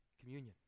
communion